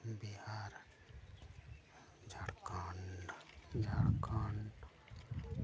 Bihar Jharkhand Jharkhand